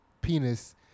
penis